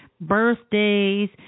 birthdays